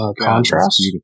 contrast